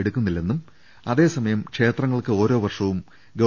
എടുക്കുന്നില്ലെന്നും അതേസമയം ക്ഷേത്രങ്ങൾക്ക് ഓരോ വർഷവും ഗവ